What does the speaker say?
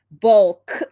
Bulk